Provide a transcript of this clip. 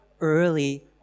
early